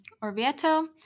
Orvieto